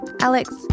Alex